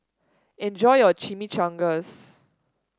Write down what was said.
enjoy your Chimichangas